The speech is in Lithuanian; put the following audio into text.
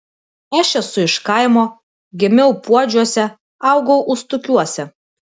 aš esu iš kaimo gimiau puodžiuose augau ustukiuose